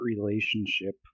relationship